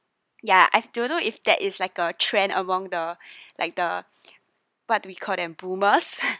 ya I don't know if that is like a trend among the like the what we call them boomers